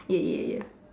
ya ya ya